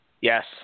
Yes